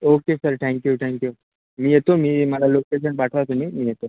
okay sir thank you thank you येतो मी मला लोकेशन पाठवा तुम्ही मी येतो